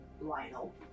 Lionel